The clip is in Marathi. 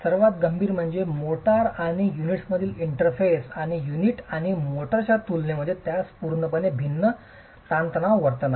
सर्वात गंभीर म्हणजे मोर्टार आणि युनिट्समधील इंटरफेस आणि युनिट आणि मोर्टारच्या तुलनेत त्यास पूर्णपणे भिन्न ताणतणाव वर्तन आहे